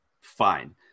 fine